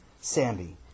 Sammy